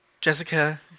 Jessica